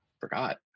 forgot